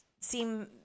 seem